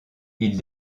ils